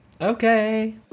Okay